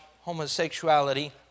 Homosexuality